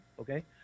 okay